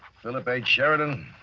phillip and sheridan.